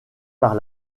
par